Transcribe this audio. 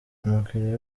umukiriya